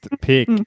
pick